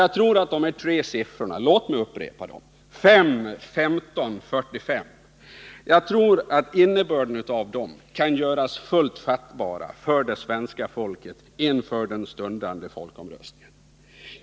Jag tror att dessa tre siffror — låt mig upprepa dem: 5, 15 och 45 — och innebörden av dem kan göras fullt fattbara för det svenska folket inför den stundande folkomröstningen.